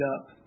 up